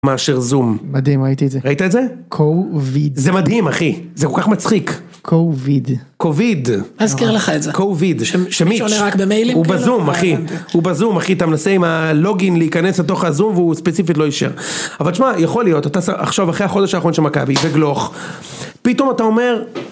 מאשר זום. מדהים ראיתי את זה. ראית את זה? זה מדהים אחי, זה כל כך מצחיק. קוויד. קוויד. אז קרא לך את זה. קוויד. שמיש. שמיש עולה רק במיילים כאלה. הוא בזום אחי, הוא בזום אחי, אתה מנסה עם הלוגין להיכנס לתוך הזום והוא ספציפית לא יישאר. אבל שמע, יכול להיות, אתה עכשיו אחרי החודש האחרון של מכבי וגלוך, פתאום אתה אומר.